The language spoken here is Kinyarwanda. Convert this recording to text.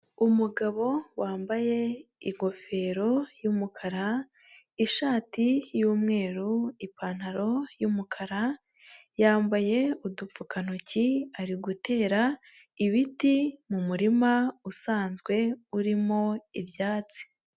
Umugabo wambaye ingofero y'umukara, ishati y'umweru, ipantaro y'umukara, yambaye udupfukantoki ari gutera ibiti mu murima usanzwe urimo ibyatsi.